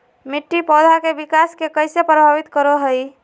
मिट्टी पौधा के विकास के कइसे प्रभावित करो हइ?